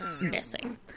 missing